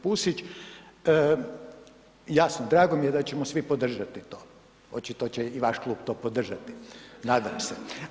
Pusić, jasno, drago mi je da ćemo svi podržati to, očito će i vaš klub to podržati, nadam se.